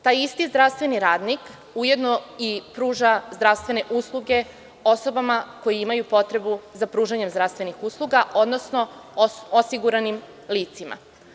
Taj isti zdravstveni radnik ujedno i pruža zdravstvene usluge osobama koje imaju potrebu za pružanjem zdravstvenih usluga, odnosno osiguranim licima.